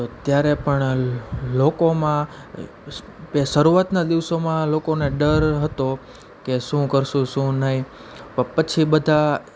તો ત્યારે પણ લોકોમાં શરૂઆતના દિવસોમાં લોકોને ડર હતો કે શું કરશું શું નહીં પ પછી બધા